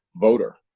voter